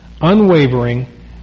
unwavering